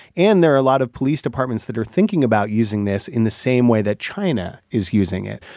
and there are a lot of police departments that are thinking about using this in the same way that china is using it,